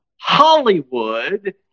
hollywood